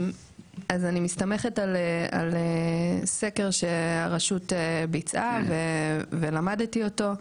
אז אני מסתמכת על סקר שהרשות ביצעה ולמדתי אותו,